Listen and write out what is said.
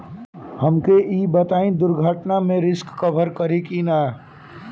हमके ई बताईं दुर्घटना में रिस्क कभर करी कि ना?